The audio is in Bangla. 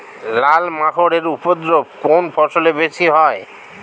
লাল মাকড় এর উপদ্রব কোন ফসলে বেশি হয়?